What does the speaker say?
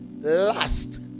last